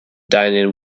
dining